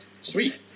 sweet